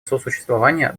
сосуществования